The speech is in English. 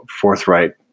forthright